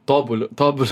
tobuliu tobuli